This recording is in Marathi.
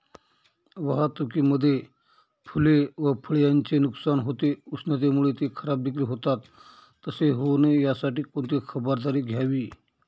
वाहतुकीमध्ये फूले व फळे यांचे नुकसान होते, उष्णतेमुळे ते खराबदेखील होतात तसे होऊ नये यासाठी कोणती खबरदारी घ्यावी?